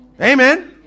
Amen